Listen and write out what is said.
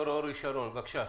תור אורי שרון, בבקשה.